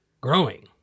growing